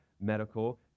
medical